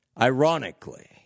ironically